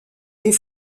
des